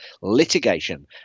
litigation